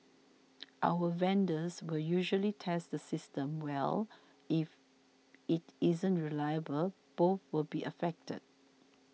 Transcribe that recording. our vendors will usually test the systems well if it isn't reliable both will be affected